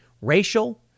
Racial